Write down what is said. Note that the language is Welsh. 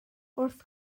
wrth